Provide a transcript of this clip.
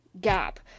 gap